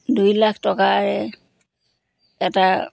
দুই লাখ টকাৰে এটা